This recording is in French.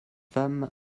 femmes